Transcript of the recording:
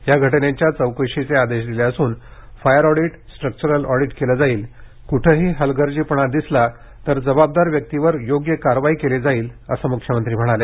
या घटनेच्या चौकशीचे आदेश दिले असून फायर ऑडिट स्ट्रकचरल ऑडीट केलं जाईल कुठेही हलगर्जीपणा दिसला तर जबाबदार व्यक्तीवर योग्य कारवाई केली जाईल असं मुख्यमंत्र्यांनी सांगितलं